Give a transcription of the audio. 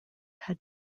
had